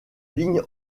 ligne